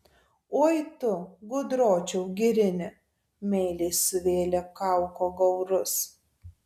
oi tu gudročiau girini meiliai suvėlė kauko gaurus